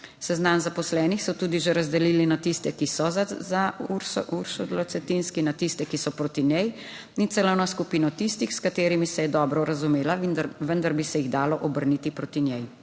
Seznam zaposlenih so tudi že razdelili na tiste, ki so za Uršulo Cetinski, na tiste, ki so proti njej in celo na skupino tistih, s katerimi se je dobro razumela, vendar bi se jih dalo obrniti proti njej.